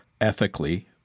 ethically